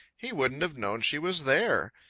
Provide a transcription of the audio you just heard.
he wouldn't have known she was there.